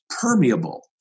permeable